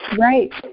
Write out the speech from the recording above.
Right